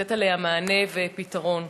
לתת לה מענה ופתרון.